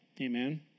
Amen